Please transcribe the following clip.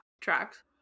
Tracks